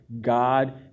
God